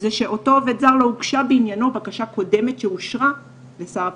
היה שלא הוגשה בעניין אותו עובד בקשה קודמת לשר הפנים,